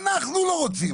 אנחנו לא רוצים.